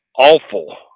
awful